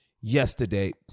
yesterday